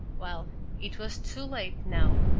well, it was too late now.